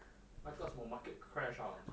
那个什么 market crash ah